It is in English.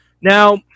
Now